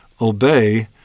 obey